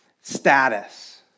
status